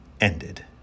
ended